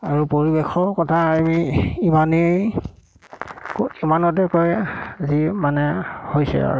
আৰু পৰিৱেশৰ কথা আমি ইমানেই ইমানতে কয় যি মানে হৈছে আৰু